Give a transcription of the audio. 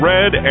Red